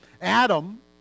Adam